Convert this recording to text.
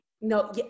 no